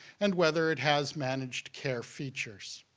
and whether it has managed care features.